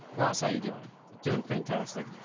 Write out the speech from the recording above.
ross, how you doin'? doin' fantastic,